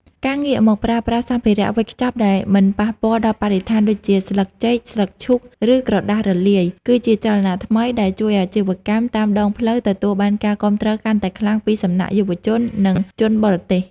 ការងាកមកប្រើប្រាស់សម្ភារៈវេចខ្ចប់ដែលមិនប៉ះពាល់ដល់បរិស្ថាន ដូចជាស្លឹកចេក ស្លឹកឈូក ឬក្រដាសរលាយ គឺជាចលនាថ្មីដែលជួយឱ្យអាជីវកម្មតាមដងផ្លូវទទួលបានការគាំទ្រកាន់តែខ្លាំងពីសំណាក់យុវជន និងជនបរទេស។